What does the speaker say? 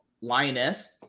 Lioness